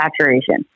saturation